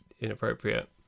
inappropriate